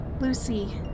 Lucy